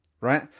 right